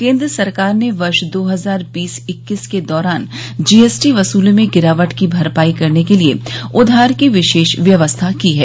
केंद्र सरकार ने वर्ष दो हजार बीस इक्कीस के दौरान जीएसटी वसूली में गिरावट की भरपाई करने के लिए उधार की विशेष व्यवस्था की है